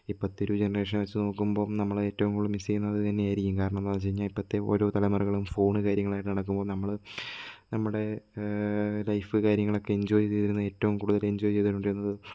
ഇപ്പോഴത്തെ ഒരു ജനറേഷനെ വെച്ച് നോക്കുമ്പോൾ നമ്മൾ ഏറ്റവും കൂടുതൽ മിസ്സ് ചെയ്യുന്നത് ഇതുതന്നെയായിരിക്കും കാരണമെന്താണെന്നു വെച്ചു കഴിഞ്ഞാൽ ഇപ്പോഴത്തെ ഓരോ തലമുറകളും ഫോൺ കാര്യങ്ങൾ ആയിട്ടു നടക്കുമ്പോൾ നമ്മൾ നമ്മുടെ ലൈഫ് കാര്യങ്ങളൊക്കെ എൻജോയ് ചെയ്തിരുന്നത് ഏറ്റവും കൂടുതൽ എൻജോയ് ചെയ്തു കൊണ്ടിരുന്നത്